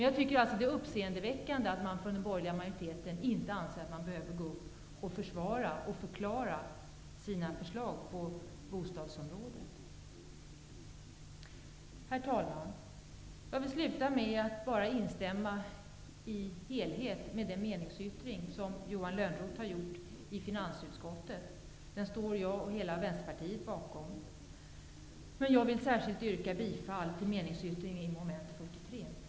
Jag tycker att det är uppseendeväckande att den borgerliga majoriteten inte anser att man behöver försvara och förklara sina framlagda förslag på bostadsområdet. Herr talman! Jag slutar med att i helhet instämma med Johan Lönnroths meningsyttring i finansutskottets betänkande. Jag och hela Vänsterpartiet står bakom den. Jag yrkar emellertid särskilt bifall till meningsyttringen under mom. 43.